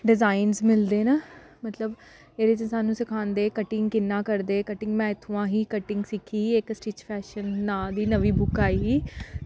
design मिलदे न मतलव एह्दे च साह्नू सखांदे कटिंग कियां करदे मैं इत्थुआं ही कटिंग सिक्खी ही इक सटिच्च फैशन नांऽ दी नमीं बुक्क आई ही